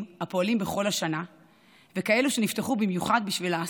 הפועלים בכל השנה וכאלה שנפתחו במיוחד בשביל האסון: